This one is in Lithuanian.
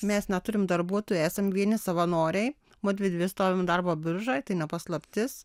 mes neturim darbuotojų esam vieni savanoriai mudvi dvi stovim darbo biržoj tai ne paslaptis